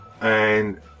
and-